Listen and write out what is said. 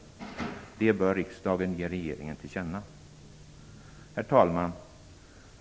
Det bör riksdagen ge regeringen till känna. Herr talman!